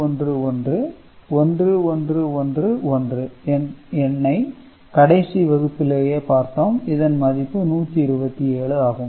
0111 1111 எண்ணை கடைசி வகுப்பிலேயே பார்த்தோம் இதன் மதிப்பு 127 ஆகும்